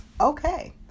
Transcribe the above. Okay